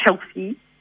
healthy